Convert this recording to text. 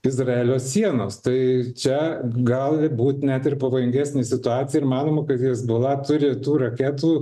izraelio sienos tai čia gali būt net ir pavojingesnė situacija ir manoma kad hezbola turi tų raketų